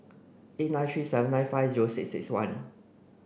eight nine three seven nine five zero six six one